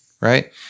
right